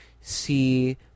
see